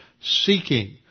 seeking